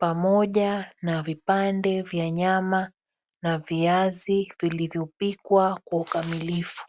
pamoja na vipande vya nyama na viazi vilivyopikwa kwa ukamilifu.